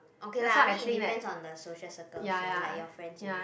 okay lah I mean it depends on the social circle also like your friends you meet